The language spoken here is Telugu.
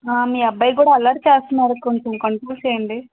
మీ అబ్బాయి కూడా అల్లరి చేస్తున్నాడు కొంచెం కంట్రోల్ చేయండి